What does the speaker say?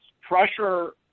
pressure